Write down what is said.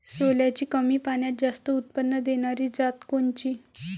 सोल्याची कमी पान्यात जास्त उत्पन्न देनारी जात कोनची?